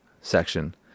section